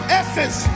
essence